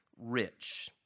rich